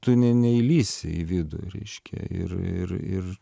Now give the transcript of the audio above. tu ne neįlįsi į vidų reiškia ir ir ir